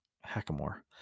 hackamore